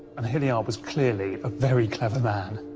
and hilliard was clearly a very clever man.